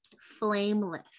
flameless